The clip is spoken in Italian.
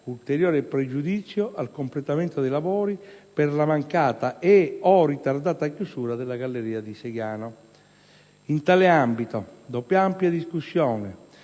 ulteriore pregiudizio al completamento dei lavori per la mancata e/o ritardata chiusura della galleria di Seiano. In tale ambito, dopo ampia discussione